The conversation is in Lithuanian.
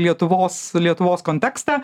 lietuvos lietuvos kontekstą